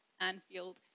Anfield